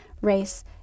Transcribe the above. race